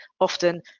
often